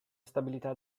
stabilità